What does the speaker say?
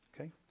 Okay